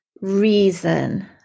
reason